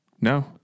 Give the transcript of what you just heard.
No